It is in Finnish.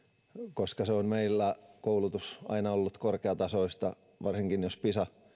koska meillä on koulutus aina ollut korkeatasoista varsinkin jos pisa